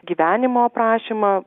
gyvenimo aprašymą